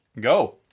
Go